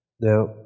Now